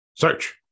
Search